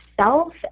self